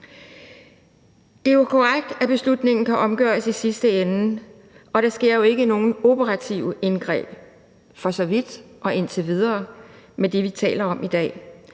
Det er jo korrekt, at beslutningen kan omgøres i sidste ende, og der sker jo for så vidt og indtil videre ikke noget operativt indgreb med det, vi taler om i dag.